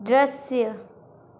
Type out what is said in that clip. दृश्य